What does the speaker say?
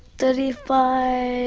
thirty five